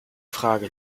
frage